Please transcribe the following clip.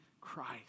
Christ